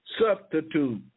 substitute